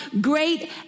great